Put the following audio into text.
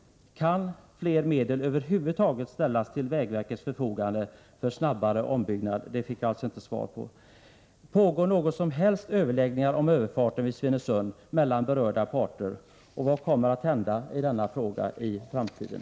Kan fler medel över huvud taget ställas till vägverkets förfogande för snabbare ombyggnad? Det fick jag alltså inte svar på. Pågår några som helst överläggningar om överfarten vid Svinesund mellan berörda parter, och vad kommer att hända i denna fråga i framtiden?